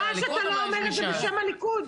ממש אתה לא אומר את זה בשם הליכוד.